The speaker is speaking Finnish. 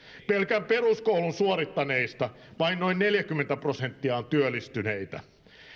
pelkän peruskoulun suorittaneista vain noin neljäkymmentä prosenttia on työllistyneitä